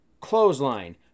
clothesline